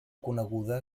coneguda